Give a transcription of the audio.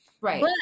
Right